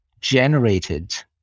generated